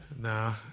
Nah